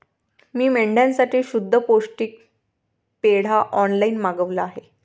मी मेंढ्यांसाठी शुद्ध पौष्टिक पेंढा ऑनलाईन मागवला आहे